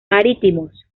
marítimos